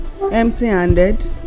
empty-handed